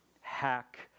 hack